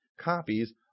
copies